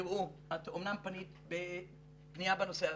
את אמנם פנית בפנייה בנושא הזה.